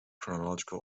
chronological